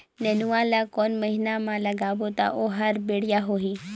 नेनुआ ला कोन महीना मा लगाबो ता ओहार बेडिया होही?